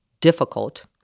difficult